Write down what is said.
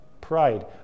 pride